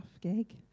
gig